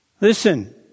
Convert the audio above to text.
Listen